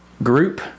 Group